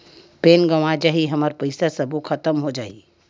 Pan गंवा जाही हमर पईसा सबो खतम हो जाही?